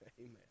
Amen